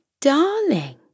darling